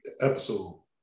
episode